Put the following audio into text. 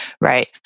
Right